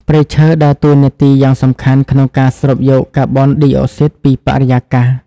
ព្រៃឈើដើរតួនាទីយ៉ាងសំខាន់ក្នុងការស្រូបយកកាបូនឌីអុកស៊ីតពីបរិយាកាស។